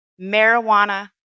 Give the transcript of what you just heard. marijuana